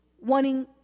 wanting